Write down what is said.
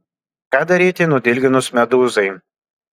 ką daryti nudilginus medūzai